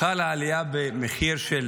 חלה עלייה במחיר של